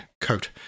coat